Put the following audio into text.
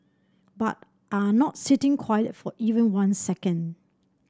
but are not sitting quiet for even one second